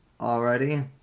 already